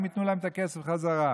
האם ייתנו להם את הכסף חזרה?